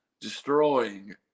destroying